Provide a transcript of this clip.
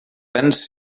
vens